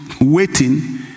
waiting